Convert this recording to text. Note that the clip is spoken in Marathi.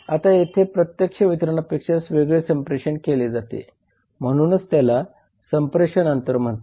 आता येथे प्रत्यक्ष वितरणापेक्षा वेगळे संप्रेषण केले जाते म्हणूनच त्याला संप्रेषण अंतर म्हणतात